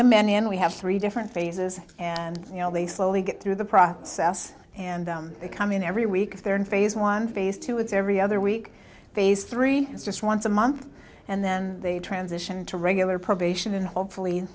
the men in we have three different phases and you know they slowly get through the process and they come in every week they're in phase one phase two it's every other week phase three is just once a month and then they transition to regular probation and hopefully